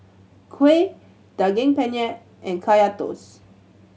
kuih Daging Penyet and Kaya Toast